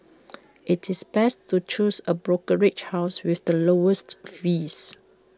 IT is best to choose A brokerage house with the lowest fees